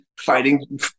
fighting